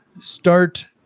start